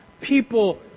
people